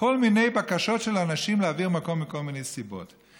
כל מיני בקשות של אנשים להעביר מקום מכל מיני סיבות.